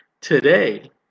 Today